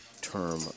term